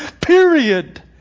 Period